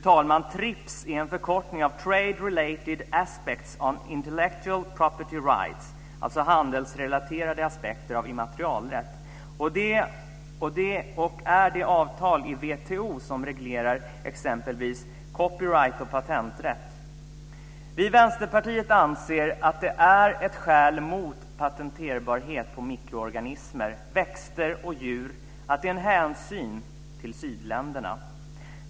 TRIPS är en förkortning av Trade Related Aspects of Intellectual Property Rights, handelsrelaterade aspekter av immaterialrätt, och är det avtal i WTO som reglerar exempelvis copyright och patenträtt. Vi i Vänsterpartiet anser att ett skäl mot patenterbarhet på mikroorganismer, växter och djur är hänsyn till sydländerna.